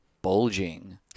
bulging